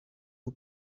who